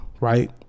right